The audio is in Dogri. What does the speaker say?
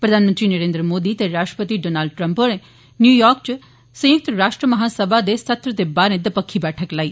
प्रधानमंत्री नरेन्द्र मोदी ते राष्ट्रपति डोनाल्ड ट्रम्प होरें न्यूयार्क च संयुक्त राष्ट्र महासमा दे सत्र दे बाहरें दपक्खी बैठक लाई